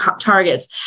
targets